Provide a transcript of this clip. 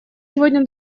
сегодня